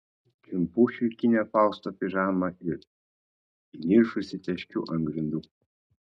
čiumpu šilkinę fausto pižamą ir įniršusi teškiu ant grindų